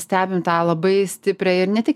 stebim tą labai stiprią ir ne tik